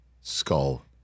skull